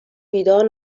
بیدار